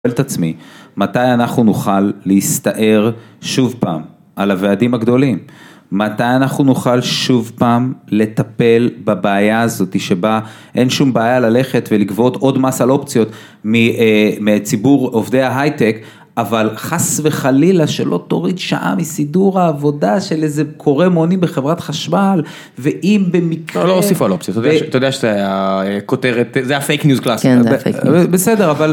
את עצמי מתי אנחנו נוכל להסתער שוב פעם על הוועדים הגדולים מתי אנחנו נוכל שוב פעם לטפל בבעיה הזאת שבה אין שום בעיה ללכת ולגבות עוד מס על אופציות מציבור עובדי ההייטק אבל חס וחלילה שלא תוריד שעה מסידור העבודה של איזה קורא מונים בחברת חשnל ואם במקרה. לא נוסיף על אופציות אתה יודע שזה הכותרת זה הפייק ניוז קלאסיקה. בסדר אבל